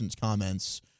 comments